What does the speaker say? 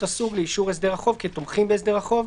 הסוג לאישור הסדר החוב כתומכים בהסדר החוב,